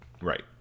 Right